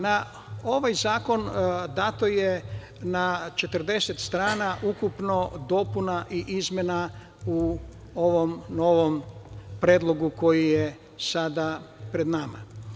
Na ovaj zakon dato je na 40 strana ukupno dopuna i izmena u ovom novom Predlogu koji je pred nama.